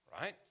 right